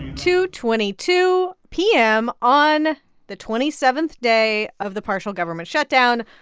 two twenty two pm on the twenty seventh day of the partial government shutdown,